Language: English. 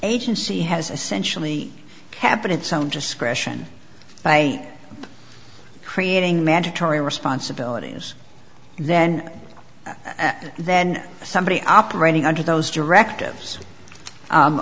agency has essentially happen it sounds discretion by creating mandatory responsibilities then then somebody operating under those directives